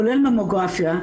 כולל ממוגרפיה,